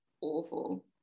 awful